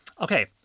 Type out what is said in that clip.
Okay